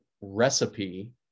recipe